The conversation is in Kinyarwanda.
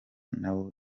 nabo